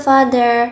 Father